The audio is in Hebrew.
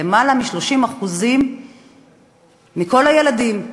יותר מ-30% מכל הילדים,